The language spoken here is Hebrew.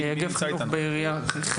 נציגי העירייה נמצאים פה בחלקם,